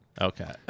Okay